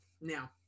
Now